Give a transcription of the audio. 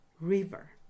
river